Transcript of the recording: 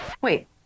Wait